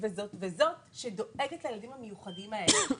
וזאת וזאת שדואגת לילדים המיוחדים האלה.